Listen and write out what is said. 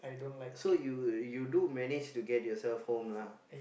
so you you do manage to get yourself home lah